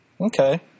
Okay